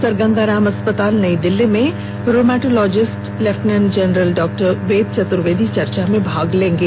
sir Ganga Ram अस्पताल नई दिल्ली में rheumatologist lieutenant general doctor Ved Chaturvedi चर्चा में भाग लेंगे